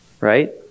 Right